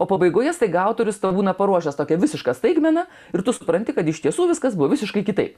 o pabaigoje staiga autorius tau būna paruošęs tokią visišką staigmeną ir tu supranti kad iš tiesų viskas buvo visiškai kitaip